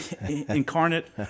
incarnate